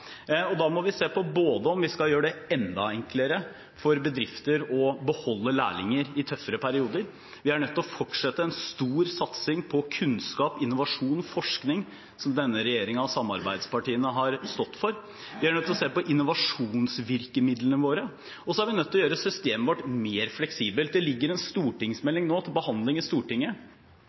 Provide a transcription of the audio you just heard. Da må vi se på om vi skal gjøre det enda enklere for bedrifter å beholde lærlinger i tøffere perioder, vi er nødt til å fortsette en stor satsing på kunnskap, innovasjon og forskning som denne regjeringen og samarbeidspartiene har stått for, vi er nødt til å se på innovasjonsvirkemidlene våre, og vi er nødt til å gjøre systemet vårt mer fleksibelt. Det ligger en stortingsmelding til behandling i Stortinget